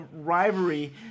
rivalry